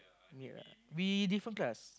yea we different class